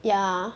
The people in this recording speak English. ya